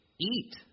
eat